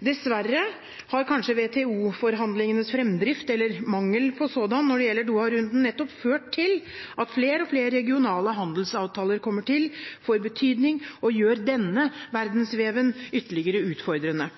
Dessverre har kanskje WTO-forhandlingenes fremdrift – eller mangel på sådan – når det gjelder Doha-runden, nettopp ført til at flere og flere regionale handelsavtaler kommer til, får betydning og gjør denne verdensveven ytterligere